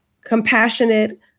compassionate